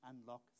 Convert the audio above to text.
unlock